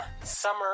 Summer